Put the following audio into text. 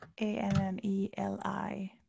A-N-N-E-L-I